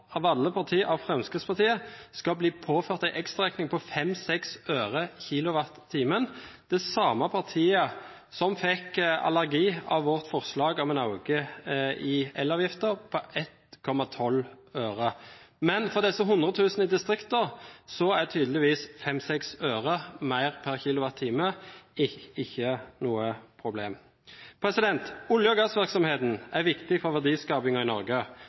av alle partier – bli påført en ekstraøkning på 5–6 øre per kWh. Det er det samme partiet som fikk allergi av vårt forslag om en økning i elavgiften på 1,12 øre. Men for disse 100 000 i distriktene er tydeligvis 5–6 øre mer per kWh ikke noe problem. Olje- og gassvirksomheten er viktig for verdiskapingen i Norge.